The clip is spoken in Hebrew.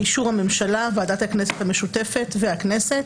באישור הממשלה, ועדת הכנסת המשותפת והכנסת,